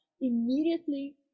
immediately